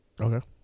Okay